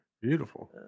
Beautiful